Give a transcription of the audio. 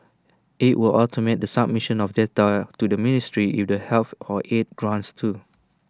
IT will automate the submission of data to the ministry if the health for aid grants too